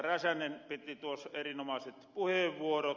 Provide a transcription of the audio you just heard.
räsänen pitivät tuos erinomaaset puheenvuorot